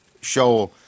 show